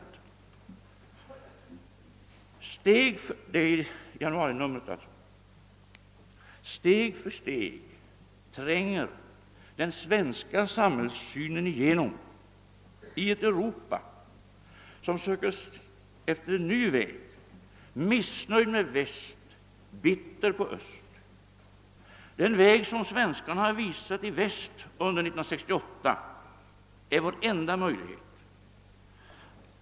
Det står i januarinumret av tidningen VExpress: »Steg för steg tränger... den svenska samhällssynen igenom i ett Europa som söker efter en ny väg, missnöjd med väst, bitter på öst... Den väg som svenskarna har visat i väst under 1968 är vår enda möjlighet.